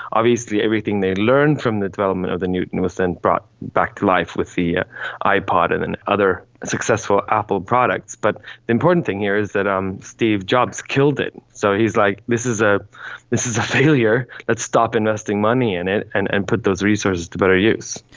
obviously everything they learned from the development of the newton was then brought back to life with the ah ipod and and other successful apple products. but the important thing here is that um steve steve jobs killed it. so he's like, this is ah this is a failure, let's stop investing money in it and and put those resources to better use.